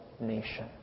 nation